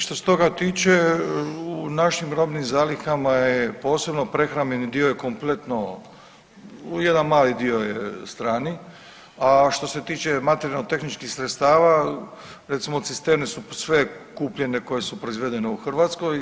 Što se toga tiče u našim robnim zalihama je posebno prehrambeni dio je kompletno, jedan mali dio je strani, a što se tiče materijalno-tehničkih sredstava recimo cisterne su sve kupljene koje su proizvedene u Hrvatskoj.